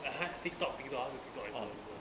I hide~ TikTok 她是 TikTok TikTok influencer